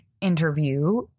interview